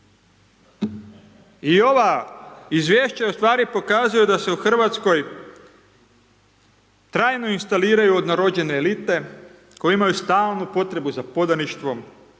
I ova izvješća u stvari pokazuju da se u Hrvatskoj trajno instaliraju odnarođene elite koje imaju stalnu potrebu za podaništvom,